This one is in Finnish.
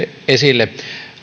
esille